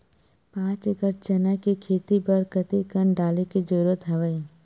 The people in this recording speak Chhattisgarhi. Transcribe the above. पांच एकड़ चना के खेती बर कते कन डाले के जरूरत हवय?